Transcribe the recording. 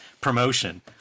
promotion